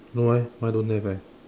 no eh mine don't have eh